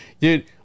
Dude